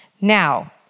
Now